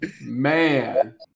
Man